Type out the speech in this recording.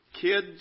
kids